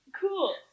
Cool